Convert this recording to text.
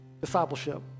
discipleship